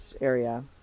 area